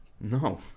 no